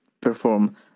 perform